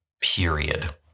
period